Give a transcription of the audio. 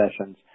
sessions